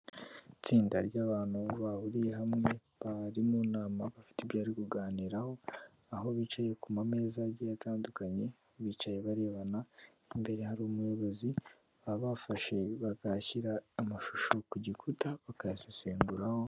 Itsinda ry'abantu bahuriye hamwe bari mu nama bafite ibyari kuganiraho, aho bicaye ku mameza agiye atandukanye, bicaye barebana, imbere hari umuyobozi, baba bafashe bagashyira amashusho ku gikuta bakayasesenguraho...